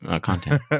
content